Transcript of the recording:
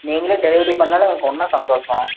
நீங்களே டெலிவரி பண்ணாலே எனக்கு இன்னும் சந்தோஷம்